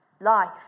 life